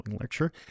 lecture